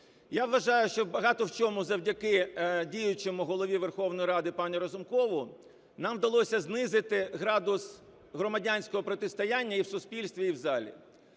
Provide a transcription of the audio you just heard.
Я вважаю, що багато в чому завдяки діючому Голові Верховної Ради пану Разумкову нам вдалося знизити градус громадянського протистояння і в суспільстві, і в залі.